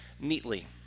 neatly